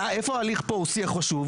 איפה ההליך פה חשוב?